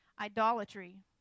Idolatry